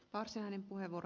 arvoisa puhemies